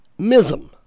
Mism